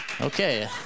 okay